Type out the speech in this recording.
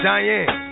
Diane